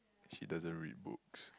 she doesn't read books